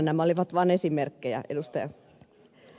nämä olivat vain esimerkkejä edustaja